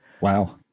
wow